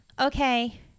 okay